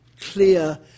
clear